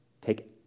take